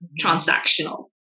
transactional